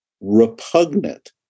repugnant